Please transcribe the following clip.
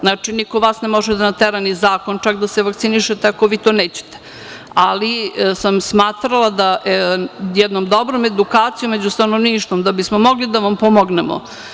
Znači, niko vas ne može da natera, ni zakon čak, da se vakcinišete ako vi to nećete, ali sam smatrala da bismo jednom dobrom edukacijom među stanovništvom, mogli da pomognemo.